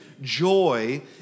joy